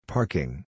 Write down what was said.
Parking